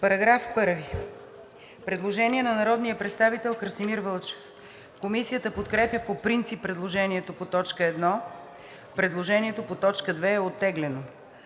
По § 1 има предложение на народния представител Красимир Вълчев. Комисията подкрепя по принцип предложението по т. 1. Предложението по т. 2 е оттеглено.